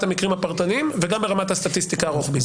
המקרים הפרטניים וגם ברמת הסטטיסטיקה הרוחבית.